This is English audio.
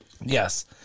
Yes